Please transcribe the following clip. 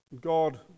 God